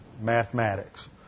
mathematics